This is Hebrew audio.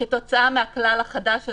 -- וכתוצאה מהכלל החדש הזה,